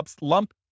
lump